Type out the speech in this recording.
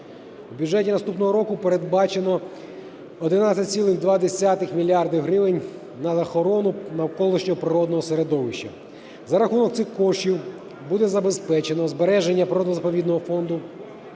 У бюджеті наступного року передбачено 11,2 мільярда гривень на охорону навколишнього природного середовища. За рахунок цих коштів буде забезпечено збереження природно-заповідного фонду,